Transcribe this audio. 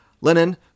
Lenin